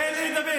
תן לי לדבר.